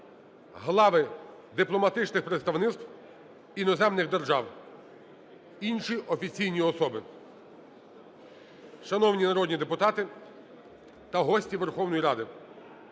глави дипломатичних представництв іноземних держав, інші офіційні особи. Шановні народні депутати та гості Верховної Ради,